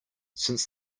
since